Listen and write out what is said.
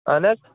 اَہَن حظ